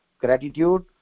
gratitude